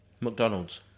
McDonald's